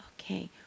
okay